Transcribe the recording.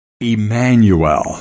Emmanuel